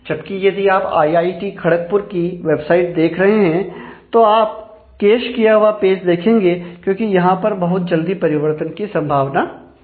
जबकि यदि आप आईआईटी खड़कपुर देखेंगे क्योंकि यहां पर बहुत जल्दी परिवर्तन की संभावना नहीं है